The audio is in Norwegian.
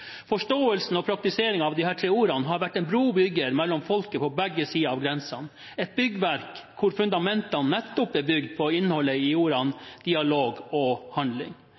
Forståelsen og praktiseringen av disse tre ordene har vært en brobygger mellom folket på begge sider av grensen – et byggverk hvor fundamentet nettopp er bygd på innholdet i ordene «dialog» og